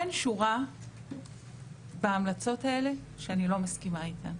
אין שורה בהמלצות האלה שאני לא מסכימה איתה,